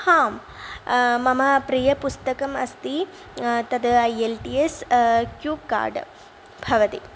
हा मम प्रियपुस्तकम् अस्ति तद् I L T S cube card भवति